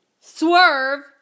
Swerve